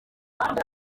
abo